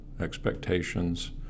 expectations